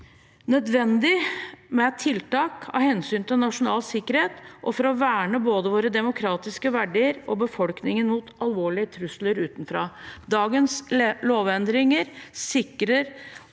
nødvendig med tiltak av hensyn til nasjonal sikkerhet og for å verne både våre demokratiske verdier og befolkningen mot alvorlige trusler utenfra. Dagens lovendringer sikrer